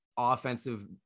offensive